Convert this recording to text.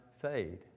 fade